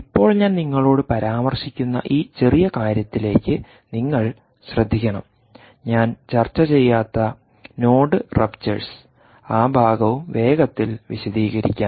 ഇപ്പോൾ ഞാൻ നിങ്ങളോട് പരാമർശിക്കുന്ന ഈ ചെറിയ കാര്യത്തിലേക്ക് നിങ്ങൾ ശ്രദ്ധിക്കണംഞാൻ ചർച്ച ചെയ്യാത്ത നോഡ് റപ്ചേഴ്സ് ആ ഭാഗവും വേഗത്തിൽ വിശദീകരിക്കാം